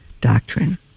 doctrine